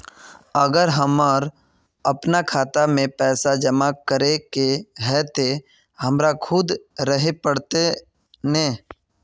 अगर हमर अपना खाता में पैसा जमा करे के है ते हमरा खुद रहे पड़ते ने?